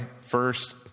first